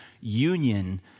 union